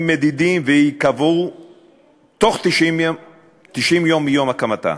מדידים וייקבעו בתוך 90 ימים מיום הקמתה.